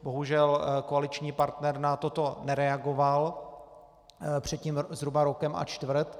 Bohužel koaliční partner na toto nereagoval před tím zhruba rokem a čtvrt.